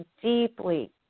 deeply